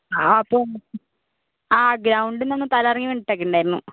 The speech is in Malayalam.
അപ്പം ഗ്രൗണ്ടിലൊന്ന് തലകറങ്ങി വീണിട്ടൊക്കെയുണ്ടായിരുന്നു